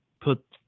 put